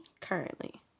Currently